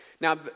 Now